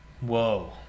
Whoa